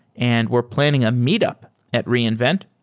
and we're planning a meet-up at reinvent.